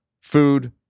food